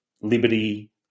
liberty